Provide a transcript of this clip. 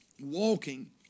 walking